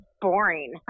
boring